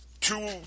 two